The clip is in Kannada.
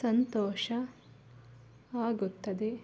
ಸಂತೋಷ ಆಗುತ್ತದೆ